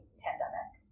pandemic